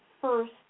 first